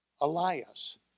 Elias